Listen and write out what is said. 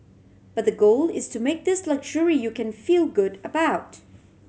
but the goal is to make this luxury you can feel good about